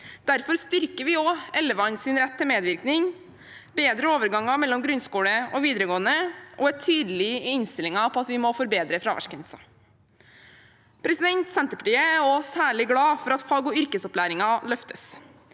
Derfor styrker vi også elevenes rett til medvirkning, bedrer overgangen mellom grunnskole og videregående og er tydelige i innstillingen på at vi må forbedre fraværsgrensen. Senterpartiet er også særlig glad for at fag- og yrkesopplæringen løftes.